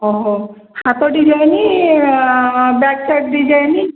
ହଉ ହଉ ହାତ ଡିଜାଇନ୍ ବ୍ୟାକ୍ ସାଇଡ୍ ଡିଜାଇନ୍